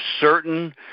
certain